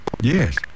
Yes